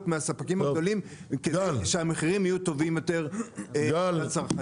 מהספקים הגדולים כדי שהמחירים יהיו טובים יותר לצרכנים.